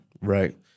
Right